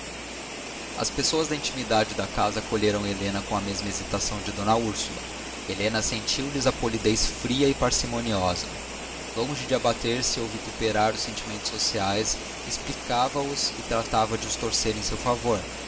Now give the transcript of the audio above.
as pessoas da intimidade da casa acolheram helena com a mesma hesitação de d úrsula helena sentiu lhes a polidez fria e parcimoniosa longe de abater se ou vituperar os sentimentos sociais explicava os e tratava de os torcer em seu favor